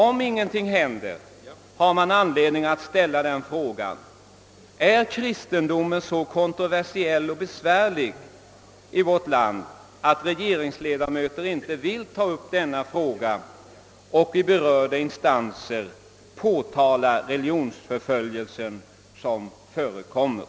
Om ingenting händer har man anledning att ställa frågan: Är kristendomen så kon troversiell och besvärlig i vårt land att regeringens ledamöter inte vill ta upp denna sak och i berörda instanser påtala den religionsförföljelse som förekommer?